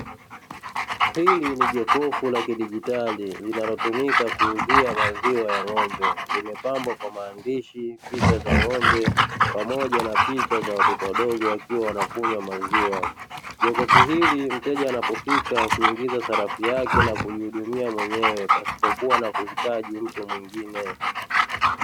Hili ni jokofu la kidigitali linalotumika kuuzia maziwa ya ng'ombe limepambwa kwa maandishi, picha za ng'ombe pamoja na picha za watoto wadogo wakiwa wanakunywa maziwa, jokofu hili mteja anapofika kuingiza sarafu yake na kujihudumia mwenyewe pasipokuwa na kuhitaji mtu mwingine.